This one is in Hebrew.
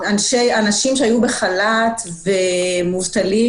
אנשים שהיו בחל"ת ומובטלים,